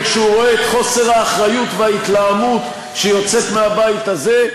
וכשהוא רואה את חוסר האחריות וההתלהמות שיוצאים מהבית הזה,